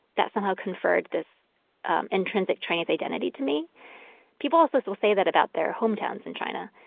that somehow conferred this intrinsic chinese identity to me people also so will say that about their hometowns in china.